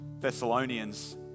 Thessalonians